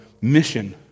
mission